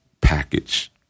package